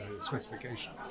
specification